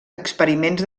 experiments